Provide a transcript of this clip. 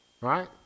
Right